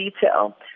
detail